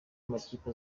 amakipe